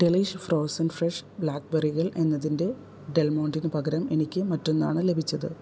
delish frozen fresh ബ്ലാക്ക്ബെറികൾ എന്നതിന്റെ ഡെൽമോണ്ടെന് പകരം എനിക്ക് മറ്റൊന്നാണ് ലഭിച്ചത്